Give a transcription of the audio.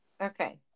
Okay